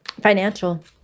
Financial